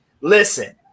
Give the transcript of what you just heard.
Listen